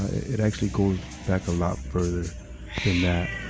it actually goes back a lot further than that.